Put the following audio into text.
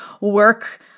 work